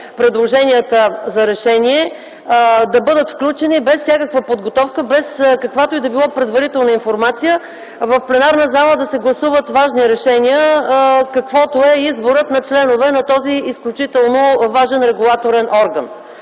предложенията за решение да бъдат включени без всякаква подготовка, без каквато и да е предварителна информация, в пленарната зала да се гласуват важни решения – каквото е изборът на членове на този изключително важен регулаторен орган.